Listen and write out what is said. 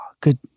good